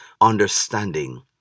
understanding